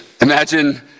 Imagine